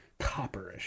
copperish